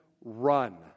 Run